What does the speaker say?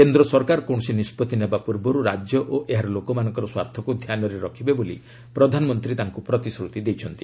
କେନ୍ଦ୍ର ସରକାର କୌଣସି ନିଷ୍ପତ୍ତି ନେବା ପୂର୍ବରୁ ରାଜ୍ୟ ଓ ଏହାର ଲୋକମାନଙ୍କର ସ୍ୱାର୍ଥକୁ ଧ୍ୟାନରେ ରଖିବେ ବୋଲି ପ୍ରଧାନମନ୍ତ୍ରୀ ତାଙ୍କୁ ପ୍ରତିଶ୍ରୁତି ଦେଇଛନ୍ତି